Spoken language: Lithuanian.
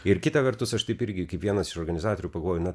ir kita vertus aš taip irgi kaip vienas iš organizatorių pagalvojau na